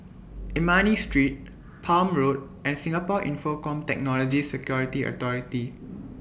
Ernani Street Palm Road and Singapore Infocomm Technology Security Authority